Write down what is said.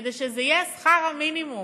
כדי שזה יהיה שכר המינימום.